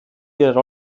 ihre